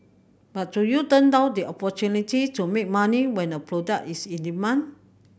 but do you turn down the opportunity to make money when a product is in demand